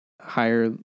higher